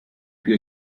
più